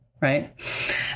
right